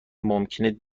ممکنه